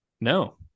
No